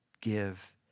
give